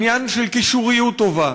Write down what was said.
עניין של קישוריות טובה,